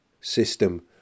system